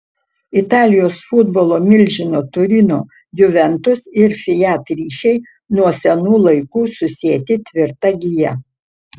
italijos futbolo milžino turino juventus ir fiat ryšiai nuo senų laikų susieti tvirta gija